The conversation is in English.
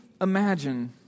imagine